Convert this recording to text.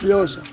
केओ सँ